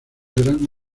gran